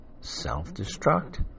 self-destruct